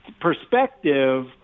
perspective